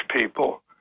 people